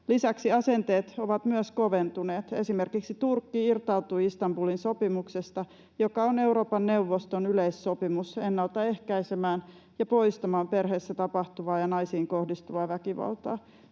Lisäksi asenteet ovat myös koventuneet. Esimerkiksi Turkki irtautui Istanbulin sopimuksesta, joka on Euroopan neuvoston yleissopimus ennaltaehkäisemään ja poistamaan perheissä tapahtuvaa ja naisiin kohdistuvaa väkivaltaa.